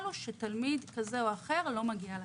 הללו שתלמיד כזה או אחר לא מגיע לכיתה.